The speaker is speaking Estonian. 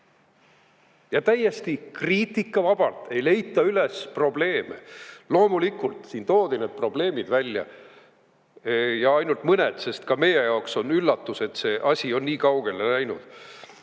Ja täiesti kriitikavabalt ei leita üles probleeme. Loomulikult, siin toodi need probleemid välja, aga ainult mõned, sest ka meie jaoks on üllatus, et see asi on nii kaugele läinud.